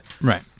Right